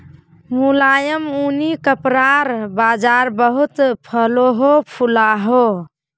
मुलायम ऊनि कपड़ार बाज़ार बहुत फलोहो फुलोहो